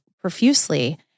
profusely